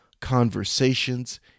conversations